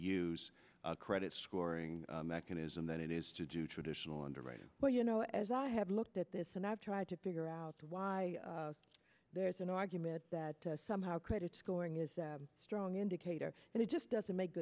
use a credit scoring mechanism that is to do traditional underwriting where you know as i have looked at this and i've tried to figure out why there is an argument that somehow credit scoring is a strong indicator and it just doesn't make